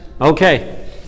Okay